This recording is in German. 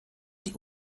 die